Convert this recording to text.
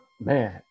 Man